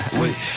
wait